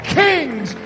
kings